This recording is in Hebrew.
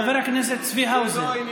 חבר הכנסת האוזר, אבל זה לא דיאלוג.